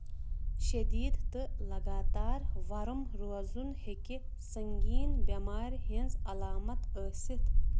شٔدیٖد تہٕ لَگاتار ورُم روزُن ہٮ۪کہِ سنٛگیٖن یٮ۪مارِ ہِنز علامت ٲسِتھ